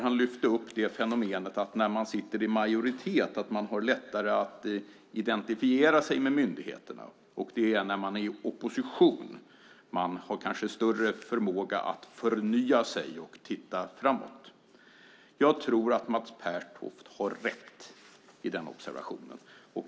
Han lyfte fram fenomenet att man i majoritet har lättare att identifiera sig med myndigheterna och att det är när man är i opposition som man kanske har en större förmåga att förnya sig och titta framåt. Jag tror att Mats Pertoft har rätt i den observationen.